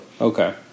Okay